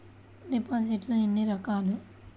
డిపాజిట్లు ఎన్ని రకాలు?